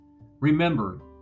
Remember